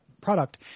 product